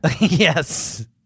Yes